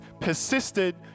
persisted